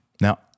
Now